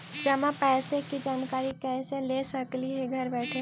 जमा पैसे के जानकारी कैसे ले सकली हे घर बैठे?